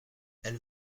elle